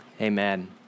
Amen